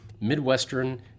Midwestern